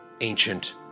ancient